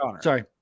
Sorry